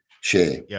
share